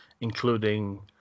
including